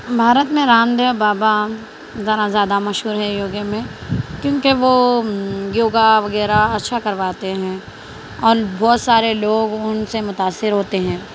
بھارت میں رام دیو بابا ذرا زیادہ مشہور ہے یوگے میں کیونکہ وہ یوگا وغیرہ اچھا کرواتے ہیں اور بہت سارے لوگ ان سے متاثر ہوتے ہیں